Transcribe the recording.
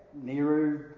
Nero